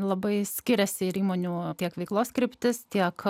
labai skiriasi ir įmonių tiek veiklos kryptis tiek